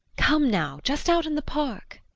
come now, just out in the park.